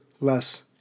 less